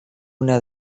una